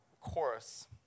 chorus